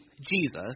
Jesus